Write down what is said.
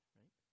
right